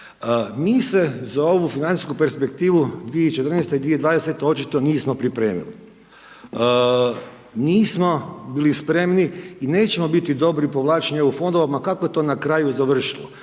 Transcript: Mi se za ovu financijsku perspektivu 2014.-2020. očito nismo pripremili. Nismo bili spremni i nećemo biti dobri u povlačenju EU fondova ma kako to na kraju završilo.